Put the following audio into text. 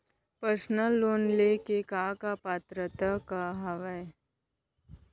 Personal loan ले के का का पात्रता का हवय?